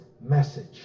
message